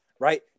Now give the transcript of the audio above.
right